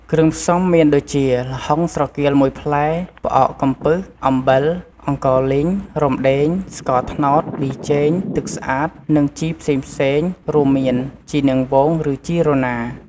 គ្រឿងផ្សំមានដូចជា ល្ហុងស្រគាល ១ ផ្លែ ផ្អកកំពឹស អំបិល អង្ករលីង រំដេង ស្ករត្នោត ប៊ីចេង ទឹកស្អាត និងជីផ្សេងៗ រួមមាន ជីនាងវង ឬជីរណារ។